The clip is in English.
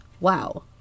wow